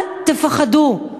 אל תפחדו.